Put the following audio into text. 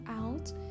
out